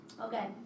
Okay